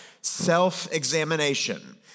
self-examination